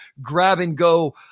grab-and-go